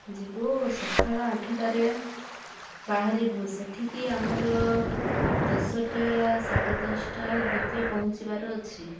ଯିବୁ ସକାଳ ଆଠଟାରେ ବାହାରିବୁ ସେଠିକି ଆମର ଦଶଟା ସାଢ଼େ ଦଶଟା ଭିତରେ ପହଞ୍ଚିବାର ଅଛି